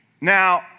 Now